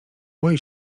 boi